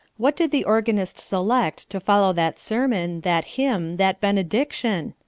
what did the organist select to follow that sermon, that hymn, that benediction?